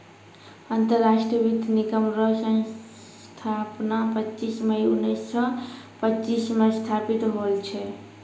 अंतरराष्ट्रीय वित्त निगम रो स्थापना पच्चीस मई उनैस सो पच्चीस मे स्थापित होल छै